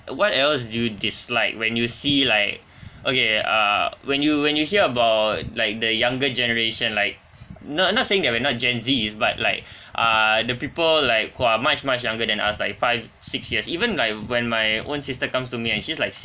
what else do you dislike when you see like okay ah when you when you hear about like the younger generation like no~ not saying that we're not gen Zs but like uh the people like who are much much younger than us like five six years even like when my own sister comes to me and she's like